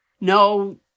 No